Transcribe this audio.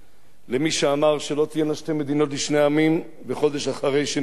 למי שאמר שלא תהיינה שתי מדינות לשני עמים וחודש אחרי שנבחר